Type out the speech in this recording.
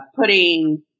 putting